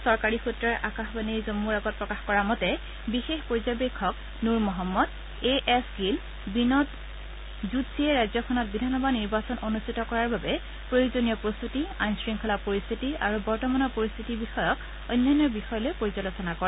চৰকাৰী সূত্ৰই আকাশবাণী জম্মুৰ আগত প্ৰকাশ কৰা মতে বিশেষ পৰ্যবেশক নূৰ মহম্মদ এ এছ গিল আৰু বিনোদ জুটছিয়ে ৰাজ্যখনত বিধানসভা নিৰ্বাচন অনুষ্ঠিত কৰাৰ বাবে প্ৰয়োজনীয় প্ৰস্তুতি আইন শংখলা পৰিস্থিতি আৰু বৰ্তমানৰ পৰিস্থিতি বিষয়ক অন্যান্য বিষয় লৈ পৰ্যালোচনা কৰে